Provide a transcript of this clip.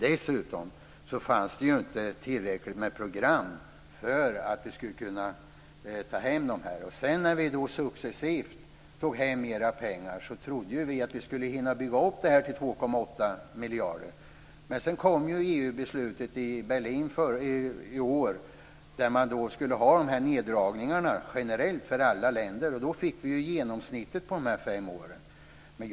Dessutom fanns det inte tillräckligt med program för att vi skulle kunna ta hem pengarna. När vi successivt tog hem mer pengar trodde vi att vi skulle hinna bygga upp detta till 2,8 miljarder. Men så kom EU-beslutet i Berlin i år, att man skulle ha generella neddragningar för alla länder. Då fick vi genomsnittet på de fem åren.